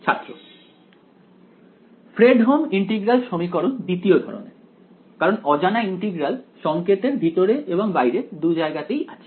ছাত্র Fredholm integral সমীকরণ দ্বিতীয় ধরনের কারণ অজানা ইন্টিগ্রাল সংকেত এর ভিতরে এবং বাইরে দুজায়গাতেই আছে